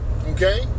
Okay